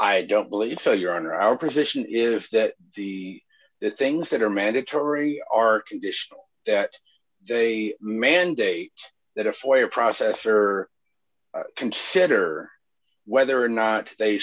i don't believe so your honor our position is that the the things that are mandatory are conditional that they mandate that a four year process or consider whether or not they